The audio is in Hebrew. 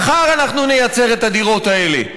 ומחר אנחנו נייצר את הדירות האלה,